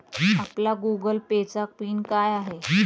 आपला Google Pay चा PIN काय आहे?